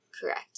correct